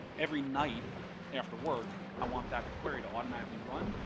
every night after work, i want that query to automatically run,